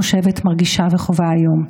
חושבת מרגישה וחווה היום,